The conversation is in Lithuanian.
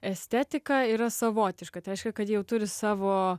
estetika yra savotiška tai reiškia kad jau turi savo